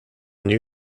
new